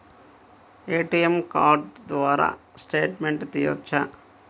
ATM card ద్వారా statement తీయవచ్చా?